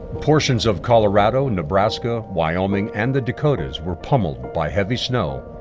portions of colorado, nebraska, wyoming, and the dakotas were pummeled by heavy snow,